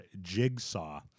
Jigsaw